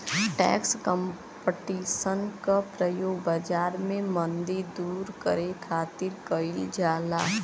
tax competition क प्रयोग बाजार में मंदी दूर करे खातिर कइल जाला